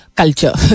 culture